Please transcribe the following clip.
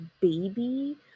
baby